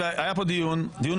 אבל היה פה דיון,